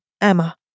Emma